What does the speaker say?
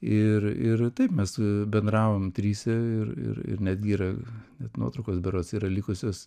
ir ir taip mes bendravom trise ir ir ir netgi yra net nuotraukos berods yra likusios